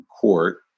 court